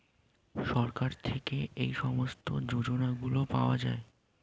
সরকার থেকে এই সমস্ত যোজনাগুলো পাওয়া যায়